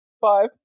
Five